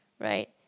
right